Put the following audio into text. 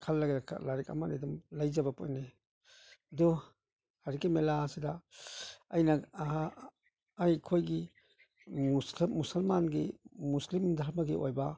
ꯈꯜꯂꯒ ꯂꯥꯏꯔꯤꯛ ꯑꯃꯅꯤ ꯑꯗꯨꯝ ꯂꯩꯖꯕ ꯄꯣꯠꯅꯤ ꯑꯗꯨ ꯂꯥꯏꯔꯤꯛꯀꯤ ꯃꯦꯂꯥꯁꯤꯗ ꯑꯩꯅ ꯑꯩꯈꯣꯏꯒꯤ ꯃꯨꯁꯜꯃꯥꯟꯒꯤ ꯃꯨꯁꯂꯤꯝ ꯗꯔꯃꯥꯒꯤ ꯑꯣꯏꯕ